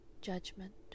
judgment